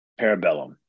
parabellum